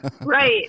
right